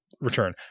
return